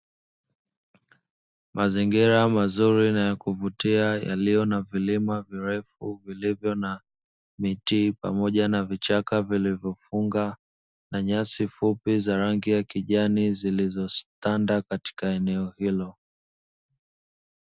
Mazingira mazuri na ya kuvutia yaliyo na vilima virefu vilivyo na miti pamoja na vichaka vilivyofunga, na nyasi fupi za rangi ya kijani zilizotanda katika eneo hilo.